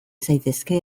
zaitezke